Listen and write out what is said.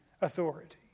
authority